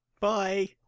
Bye